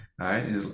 right